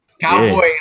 Cowboy